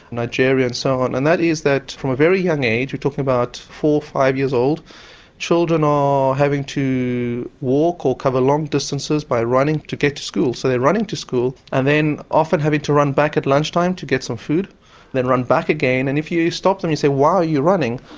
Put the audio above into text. nigeria and so on and that is that from a very young age, we're talking about four, five years old children are having to walk or cover long distances by running to get to school. so they're running to school and then often having to run back at lunch time to get some food then run back again and if you stop them and say why are you running,